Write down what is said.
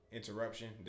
interruption